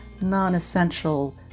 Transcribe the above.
non-essential